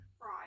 Right